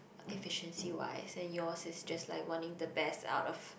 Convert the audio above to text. efficiency wise and yours is just like wanting the best out of